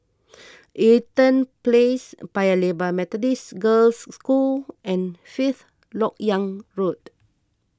Eaton Place Paya Lebar Methodist Girls' School and Fifth Lok Yang Road